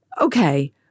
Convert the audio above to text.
Okay